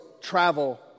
travel